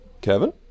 Kevin